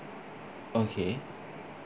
okay